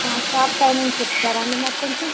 ఆ shop timings ఇస్తారా అండి మాకు కొంచెం